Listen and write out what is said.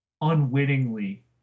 unwittingly